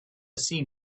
seen